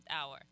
hour